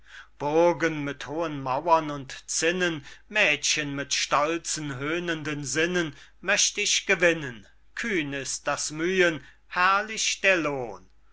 burgen mit hohen mauern und zinnen mädchen mit stolzen höhnenden sinnen möcht ich gewinnen kühn ist das mühen herrlich der lohn